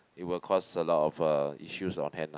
it will cause a lot of uh issues on hand ah